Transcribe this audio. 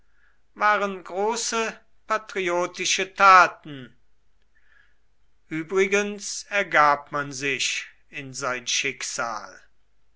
waren große patriotische taten übrigens ergab man sich in sein schicksal